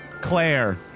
Claire